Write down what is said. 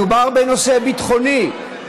מדובר בנושא ביטחוני,